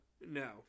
no